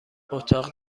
اتاق